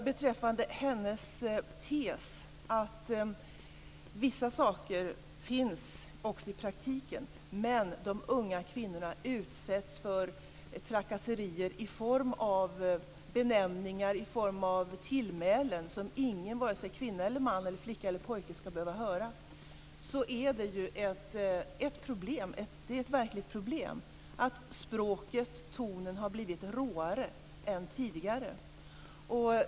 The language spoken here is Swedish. Beträffande Barbro Dahlbom-Halls tes att vissa saker finns också i praktiken, man att de unga kvinnorna utsätts för trakasserier i form av benämningar och tillmälen som ingen, vare sig kvinnor, män, flickor eller pojkar skall behöva höra, är det ju ett verkligt problem att språket och tonen har blivit råare än tidigare.